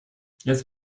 jetzt